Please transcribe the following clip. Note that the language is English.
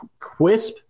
Quisp